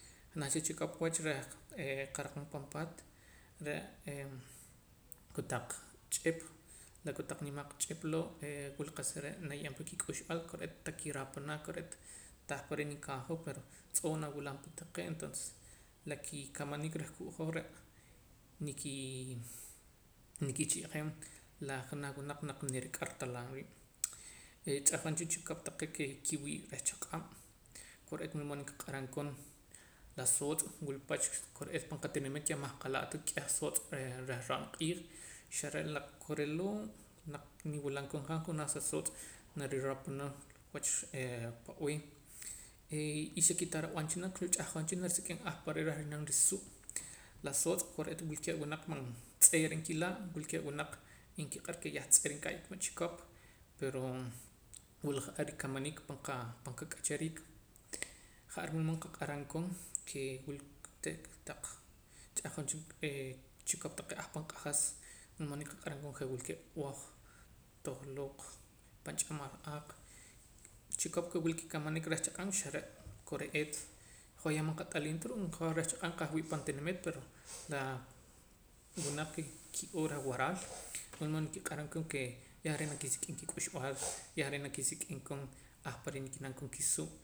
Naj cha chikop wach reh qaraqam pan paat re'ee eh kotaq ch'ip la kotaq nimaq ch'ip loo' eh wul qa'sa re' naye'eem pa kik'uxb'aal kore'eet ta kiropana kore'eet tah ahpare' nikaja pero tz'oo' nawilam pa taqee' entonces la kikamaniik reh quu' hoj re' nikii nikcha'jeem la janaj wunaq naq nirik'ar talab' riib' eh cha'hqon cha chikop taqee' kee kiwii' reh chaq'ab' kore'eet wul mood qaq'aram koon la sootz' wul pach kore'eet pan qatinimiit yah man qala'ta k'eh sootz' reh ro'na q'iij xa re' la koree' loo' naq niwilam koon han junaj sa sootz' nariropana wach e pab'ee e y sikitarab'an cha naq ruu' ch'ahqon cha naq narisik'im ahpare' rah ri'nam risuuq' la soot'z kore'eet wulkee' wunaq man tz'ee'ra nkila' wulkee' wunaq nkiq'ar ke yah tz'irinka'ya ma' chikop pero wula ja'ar rikamaniik pan qa qak'achariik ja'ar wulmood qaq'aram koon kee chikop taqee' ahpanq'ajas man ki q'aram koon ke wulkee' b'oh tohlook pan ch'amal aaq chikop ke wula kikamaniik reh chaq'ab' xa re' kore'eet hoj yah man qat'aliim ta ru'uum hoj reh chaq'ab' qah wii' pan tinimit pero la wunaq ke ki'oo reh waraal wulmood nkiq'aram koon kee yah re' nakisik'im kik'uxb'aal yah re' nakisik'im koon ahpare' nki'nam koon kisuuq'